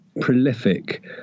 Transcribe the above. prolific